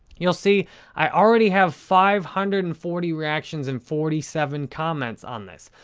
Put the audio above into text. you'll see i already have five hundred and forty reactions and forty seven comments on this.